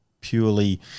purely